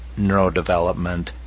neurodevelopment